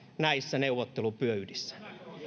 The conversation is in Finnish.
näissä neuvottelupöydissä